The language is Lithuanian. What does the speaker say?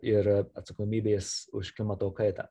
ir atsakomybės už klimato kaitą